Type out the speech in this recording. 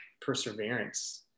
perseverance